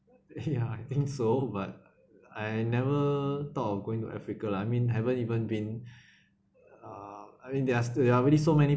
ya I think so but I never thought of going to africa lah I mean haven't even been uh I mean there are there are already so many